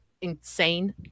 insane